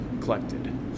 collected